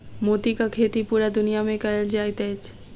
मोतीक खेती पूरा दुनिया मे कयल जाइत अछि